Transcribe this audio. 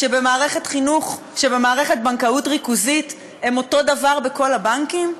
שבמערכת בנקאות ריכוזית הן אותו דבר בכל הבנקים?